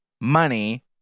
money